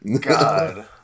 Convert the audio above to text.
God